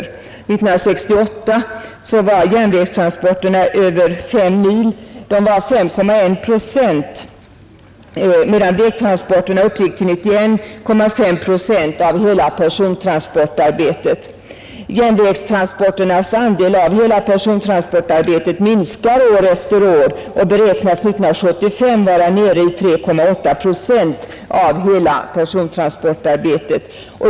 År 1968 var järnvägstransporterna över fem mil bara 5,1 procent, medan vägtransporterna uppgick till 91,5 procent av hela persontrafiken. Järnvägstransporternas andel av hela persontransporten minskar år efter år och beräknas 1975 vara nere i 3,8 procent av hela persontransporten.